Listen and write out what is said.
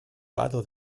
vado